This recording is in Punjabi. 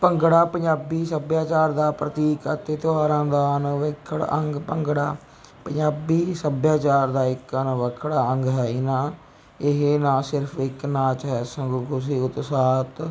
ਭੰਗੜਾ ਪੰਜਾਬੀ ਸੱਭਿਆਚਾਰ ਦਾ ਪ੍ਰਤੀਕ ਅਤੇ ਤਿਉਹਾਰਾਂ ਦਾ ਅਨਿੱਖੜਵਾਂ ਅੰਗ ਭੰਗੜਾ ਪੰਜਾਬੀ ਸੱਭਿਆਚਾਰ ਦਾ ਇੱਕ ਅਨਿੱਖੜਵਾਂ ਅੰਗ ਹੈ ਇਨ੍ਹਾਂ ਇਹ ਨਾ ਸਿਰਫ ਇੱਕ ਨਾਚ ਹੈ ਸਗੋਂ ਖੁਸ਼ੀ ਉਤਸ਼ਾਹ